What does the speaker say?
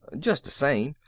just the same,